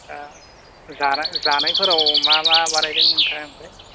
दा जानाय जानायफोराव मा मा बानायदों नोंथाङा ओमफ्राय